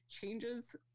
changes